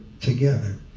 together